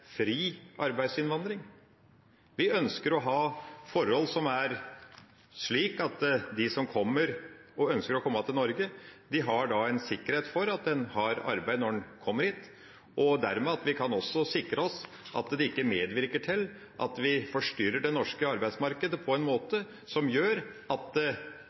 fri arbeidsinnvandring. Vi ønsker å ha forhold som er slik at de som kommer og ønsker å komme til Norge, har en sikkerhet for at de har arbeid når de kommer hit. Dermed kan vi også sikre at det ikke medvirker til at vi forstyrrer det norske arbeidsmarkedet på en måte som gjør at